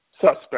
suspect